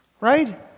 Right